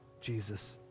Jesus